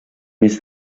més